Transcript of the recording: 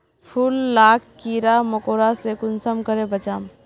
फूल लाक कीड़ा मकोड़ा से कुंसम करे बचाम?